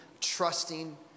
trusting